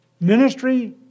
Ministry